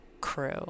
crew